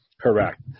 Correct